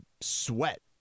sweat